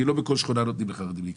כי לא בכל שכונה נותנים לחרדים להיכנס.